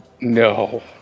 No